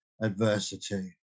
adversity